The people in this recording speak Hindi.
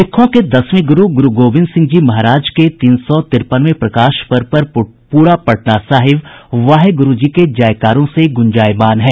सिखों के दसवें गुरू गुरूगोविंद सिंह जी महाराज के तीन सौ तिरपनवें प्रकाश पर्व पर पूरा पटना साहिब वाहे गुरू जी के जयकारों से गुंजायमान है